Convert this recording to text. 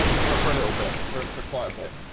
for for a little bit for for quite a bit.